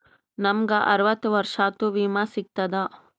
ನಮ್ ಗ ಅರವತ್ತ ವರ್ಷಾತು ವಿಮಾ ಸಿಗ್ತದಾ?